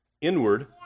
Inward